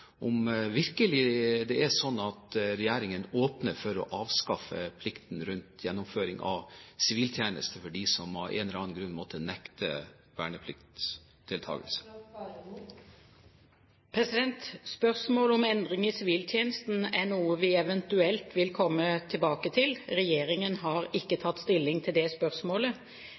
virkelig er sånn at regjeringen åpner for å avskaffe plikten til å gjennomføre siviltjeneste for dem som av en eller annen grunn måtte nekte verneplikt. Spørsmålet om endring i siviltjenesten er noe vi eventuelt vil komme tilbake til. Regjeringen har ikke tatt stilling til det spørsmålet.